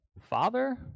Father